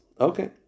Okay